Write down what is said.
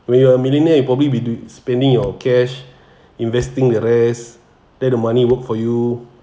when you are a millionaire you probably be doing spending your cash investing the rest let the money work for you